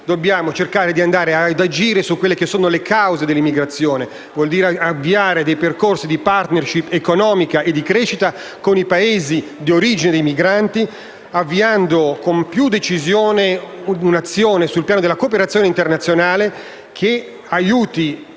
dobbiamo cercare di andare ad agire sulle cause dell'immigrazione, il che vuol dire avviare percorsi di *partnership* economica e di crescita con i Paesi di origine dei migranti, avviando con più decisione un'azione sul piano della cooperazione internazionale che aiuti